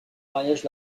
mariage